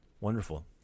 Wonderful